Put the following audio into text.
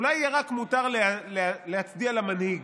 אולי יהיה מותר לה רק להצדיע למנהיג.